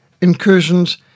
incursions